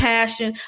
Passion